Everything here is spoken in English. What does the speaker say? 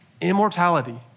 immortality